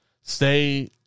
stay